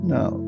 Now